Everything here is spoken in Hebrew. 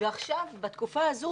ועכשיו בתקופה הזו,